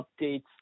updates